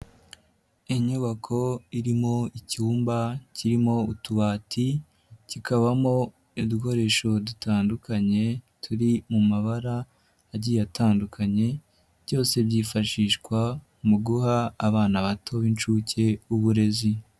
Inyubako irimo icyumba kirimo utubati kikabamo udukoresho dutandukanye turi mu mabara agiye atandukanye, byose byifashishwa mu guha abana bato b'inshuke uburezi.